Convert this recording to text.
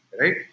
right